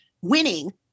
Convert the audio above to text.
winning